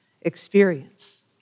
experience